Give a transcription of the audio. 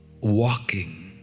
walking